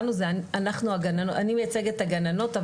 אני מייצגת את הגננות,